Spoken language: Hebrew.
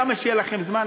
כמה שיהיה לכם זמן,